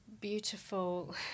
beautiful